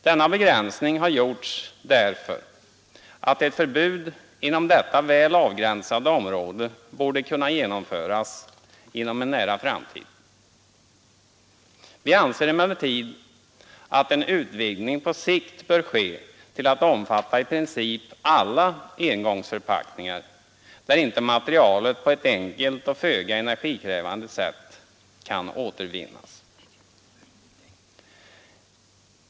Denna begränsning har gjorts därför att ett förbud inom detta väl avgränsade område borde kunna genomföras inom en nära framtid. Vi anser emellertid att en utvidgning på sikt bör ske till i princip alla engångsförpackningar där inte materialet på ett enkelt och föga energikrävande sätt kan återvinnas.